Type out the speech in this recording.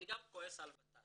אני גם כועס על ות"ת.